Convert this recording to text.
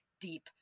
deep